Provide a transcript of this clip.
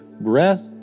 breath